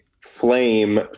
flame